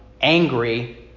angry